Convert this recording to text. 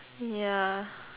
ya